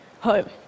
home